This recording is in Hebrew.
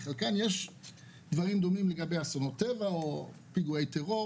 לחלקן יש דברים דומים לגבי אסונות טבע או פיגועי טרור